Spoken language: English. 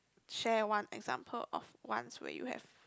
share one example of once where you have